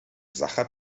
sacher